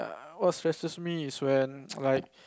what stresses me is when like